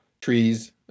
trees